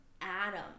Adam